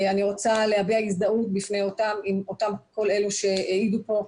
אני רוצה להביע הזדהות בפני אותם כל אלה שהעידו פה,